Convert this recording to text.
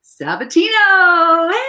Sabatino